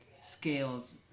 scales